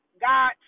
God